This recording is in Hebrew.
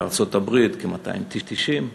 בארצות-הברית כ-290,